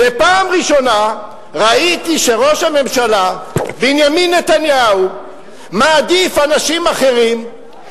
ופעם ראשונה ראיתי שראש הממשלה בנימין נתניהו מעדיף אנשים אחרים,